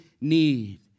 need